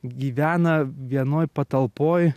gyvena vienoj patalpoj